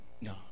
no